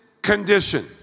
Condition